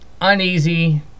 uneasy